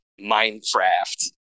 Minecraft